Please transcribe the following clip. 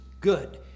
good